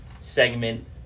segment